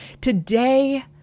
Today